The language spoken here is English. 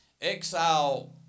exile